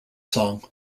song